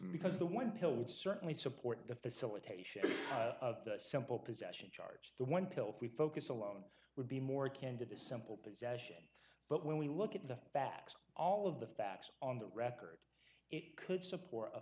because the one pill would certainly support the facilitation of the simple possession charge the one pill three focus alone would be more candid a simple possession but when we look at the facts all of the facts on the record it could support